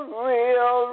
real